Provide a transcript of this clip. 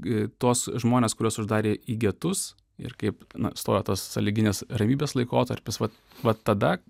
tuos žmones kuriuos uždarė į getus ir kaip na stojo tos sąlyginės ramybės laikotarpis vat vat tada